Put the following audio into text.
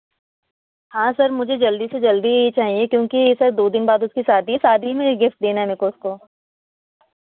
हाँ सर मुझे जल्दी से जल्दी चाहिए क्योंकि सर दो दिन बाद उसकी शादी है शादी में ये गिफ्ट देना है मेरे को उसको